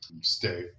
Stay